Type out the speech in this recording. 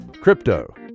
Crypto